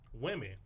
women